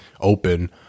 open